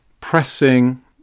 pressing